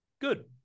good